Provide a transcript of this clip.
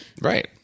right